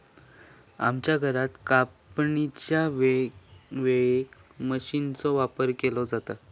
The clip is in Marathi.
आमच्या घरात कापणीच्या वेळेक मशीनचो वापर केलो जाता